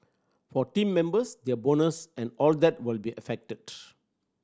for team members their bonus and all that will be affected